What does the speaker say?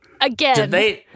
again